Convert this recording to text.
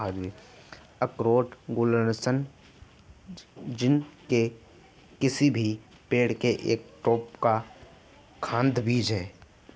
अखरोट Juglans genus के किसी भी पेड़ के एक ड्रूप का खाद्य बीज है